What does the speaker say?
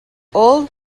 old